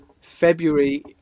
February